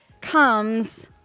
comes